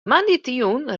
moandeitejûn